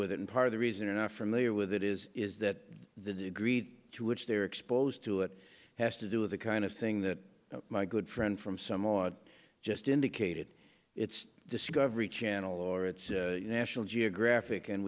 with it and part of the reason enough for me are with it is is that the degree to which they are exposed to it has to do with the kind of thing that my good friend from some on just indicated it's discovery channel or it's national geographic and